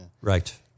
Right